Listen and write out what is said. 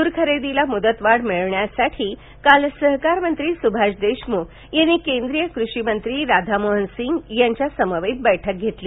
तूर खरेदीला मुदतवाढ मिळण्यासाठी काल सहकारमंत्री सुभाष देशमुख यांनी केंद्रीय कृषीमंत्री राघामोहन सिंह यांच्यासमवेत बैठक घेतली